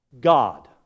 God